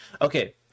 okay